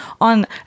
on